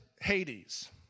Hades